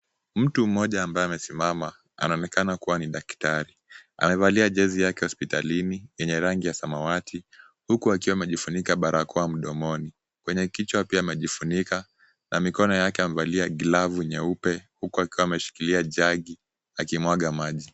Mtu mmoja ambaye amesimama anaonekana kuwa ni daktari. Amevalia jezi yake ya hospitalini yenye rangi ya samawati huku akiwa amejifunika barakoa mdomoni. Kwenye kichwa pia amejifunika, na mikono yake amevalia glavu nyeupe, huku akiwa ameshikilia jagi akimwaga maji